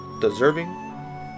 deserving